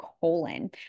colon